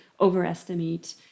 overestimate